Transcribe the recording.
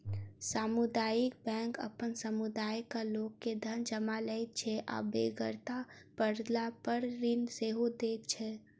सामुदायिक बैंक अपन समुदायक लोक के धन जमा लैत छै आ बेगरता पड़लापर ऋण सेहो दैत छै